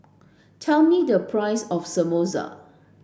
tell me the price of Samosa